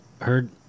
heard